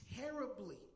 terribly